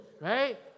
right